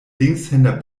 linkshänder